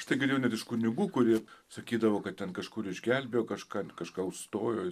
aš tai girdėjau net iš kunigų kurie sakydavo kad ten kažkur išgelbėjo kažkas kažką užstojo